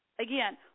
again